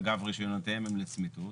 אגב, רישיונותיהם הם לצמיתות.